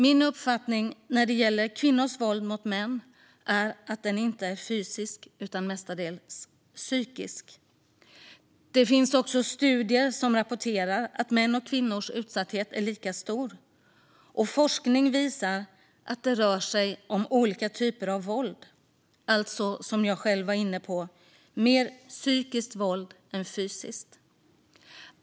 Min uppfattning när det gäller kvinnors våld mot män är att det inte är fysiskt utan mestadels psykiskt. Det finns också studier som rapporterar att mäns och kvinnors utsatthet är lika stor. Och forskning visar att det rör sig om olika typer av våld, alltså, som jag själv var inne på, mer psykiskt våld än fysiskt.